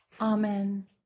Amen